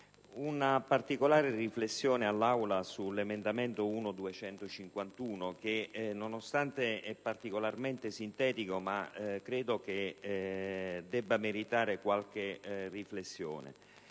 una particolare riflessione all'Aula sull'emendamento 1.251, che nonostante sia particolarmente sintetico credo debba meritare qualche riflessione.